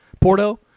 Porto